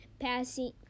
passing